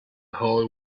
whole